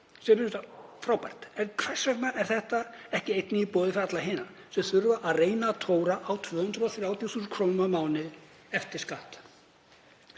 sem er frábært. En hvers vegna er þetta ekki í boði fyrir alla hina sem þurfa að reyna að tóra á 230.000 kr. á mánuði eftir skatt?